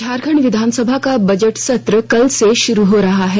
झारखंड विधानसभा का बजट सत्र कल से शुरू हो रहा है